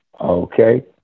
Okay